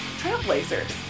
trailblazers